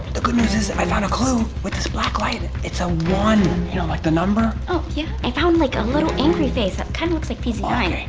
good new is is i found a clue with this black light. it's a one, you know like the number? oh yeah? i found like a little angry face. it kinda looks like p z nine.